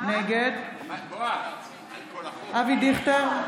נגד אבי דיכטר,